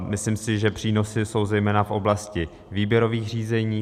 Myslím si, že přínosy jsou zejména v oblasti výběrových řízení.